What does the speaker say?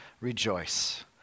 Rejoice